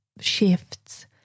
shifts